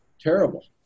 terrible